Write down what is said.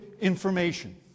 information